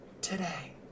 today